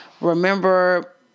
remember